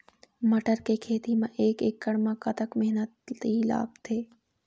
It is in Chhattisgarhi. मटर के खेती म एक एकड़ म कतक मेहनती लागथे?